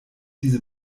diese